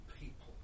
people